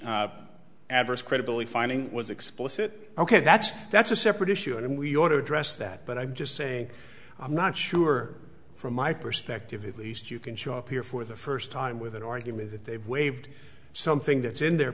the adverse credibility finding was explicit ok that's that's a separate issue and we ought to address that but i'm just saying i'm not sure from my perspective at least you can show up here for the first time with an argument that they've waived something that's in their